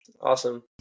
Awesome